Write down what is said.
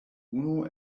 unu